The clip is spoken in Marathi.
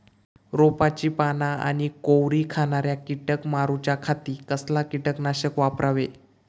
रोपाची पाना आनी कोवरी खाणाऱ्या किडीक मारूच्या खाती कसला किटकनाशक वापरावे?